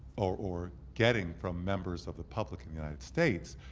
or or getting from members of the public in the united states,